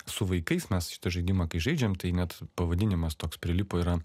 su vaikais mes šitą žaidimą kai žaidžiam tai net pavadinimas toks prilipo yra